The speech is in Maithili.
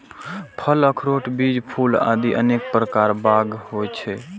फल, अखरोट, बीज, फूल आदि अनेक प्रकार बाग होइ छै